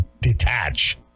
detach